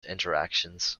interactions